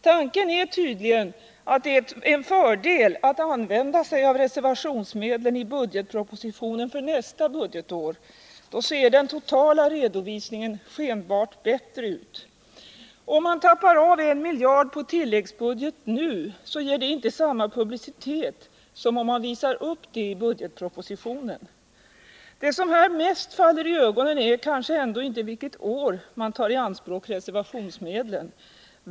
Tanken är tydligen att det är en fördel att använda sig av reservationsmedlen i budgetpropositionen för nästa budgetår — då ser den totala redovisningen skenbart bättre ut. Om man tappar av en miljard på tilläggsbudget nu, så ger det inte samma publicitet som om man visar upp den i budgetpropositionen. Det som här mest faller i ögonen är kanske ändå inte vilket år man tar reservationsmedlen i anspråk.